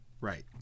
Right